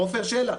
עפר שלח,